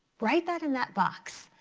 write that in that box.